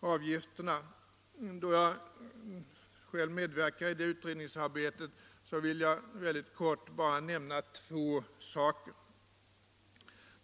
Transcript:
avgifterna. Då jag själv medverkar i detta utredningsarbete vill jag kort nämna två saker.